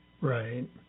Right